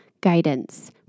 guidance